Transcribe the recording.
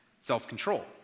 self-control